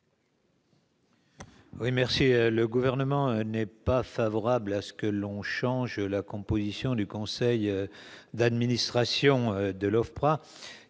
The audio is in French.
Gouvernement ? Le Gouvernement n'est pas favorable à ce que l'on change la composition du conseil d'administration de l'OFPRA,